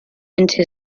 into